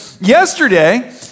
yesterday